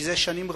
זה שנים רבות,